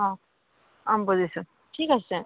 অ অ বুজিছোঁ ঠিক আছে